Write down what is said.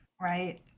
right